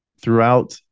throughout